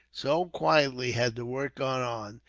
so quietly had the work gone on,